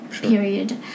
period